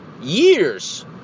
years